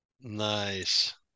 Nice